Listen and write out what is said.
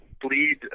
bleed